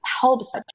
helps